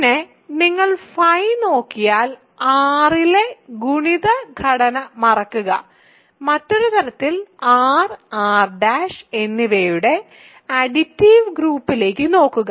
പിന്നെ നിങ്ങൾ φ നോക്കിയാൽ R ലെ ഗുണിത ഘടന മറക്കുക മറ്റൊരു തരത്തിൽ R R' എന്നിവയുടെ അഡിറ്റീവ്ഗ്രൂപ്പിലേക്ക് നോക്കുക